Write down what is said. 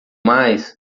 mais